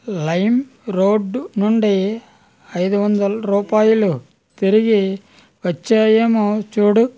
LimeRoad నుండి ఐదు వందల రూపాయలు తిరిగివచ్చాయేమో చూడుము